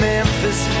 Memphis